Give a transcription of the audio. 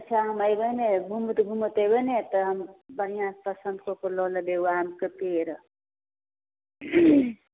अच्छा हम एबै ने घूमैत घूमैत एबै ने तऽ हम बढ़िआँसँ पसंद कऽ के लऽ लेबै ओ आमके पेड़